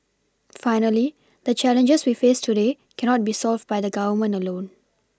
finally the challenges we face today cannot be solved by the Government alone